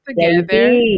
together